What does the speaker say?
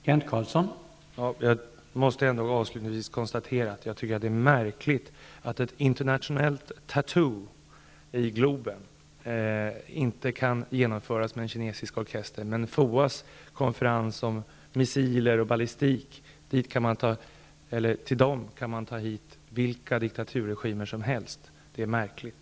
Herr talman! Avslutningsvis måste jag konstatera att jag tycker att det är märkligt att ett internationellt tattoo i Globen inte kan genomföras med en kinesisk orkester. Däremot kan vilka diktaturregimer som helst delta i FOA:s konferens om missiler och ballistik. Det är märkligt.